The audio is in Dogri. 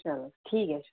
चलो ठीक ऐ